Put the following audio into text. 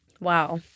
Wow